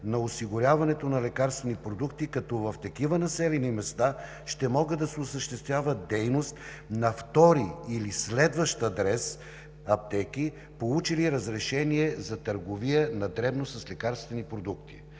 на осигуряването на лекарствени продукти, като в такива населени места ще може да се осъществява дейност на втори или следващ адрес на аптеки, получили разрешение за търговия на дребно с лекарствени продукти.